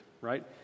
right